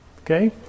okay